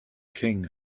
king